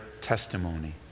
testimony